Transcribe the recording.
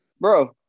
Bro